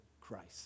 Christ